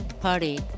party